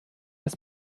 das